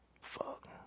Fuck